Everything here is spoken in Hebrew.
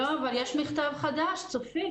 לא, אבל יש מכתב חדש, צופית.